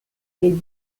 les